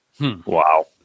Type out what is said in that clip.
Wow